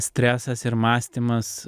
stresas ir mąstymas